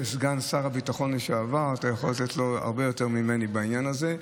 כסגן שר הביטחון לשעבר אתה יכול לתת לו הרבה יותר ממני בעניין הזה.